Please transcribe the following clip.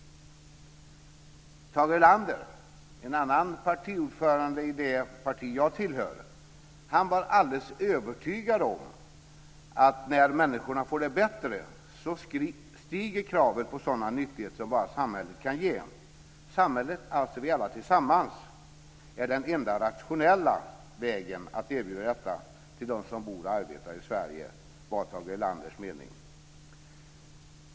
Tage Erlander, en annan partiordförande i det parti som jag tillhör, var alldeles övertygad om att när människorna får det bättre så stiger kraven på sådana nyttigheter som bara samhället kan ge. Samhället, alltså vi alla tillsammans, är den enda rationella vägen att erbjuda detta till dem som bor och arbetar i Sverige. Detta var Tage Erlanders mening.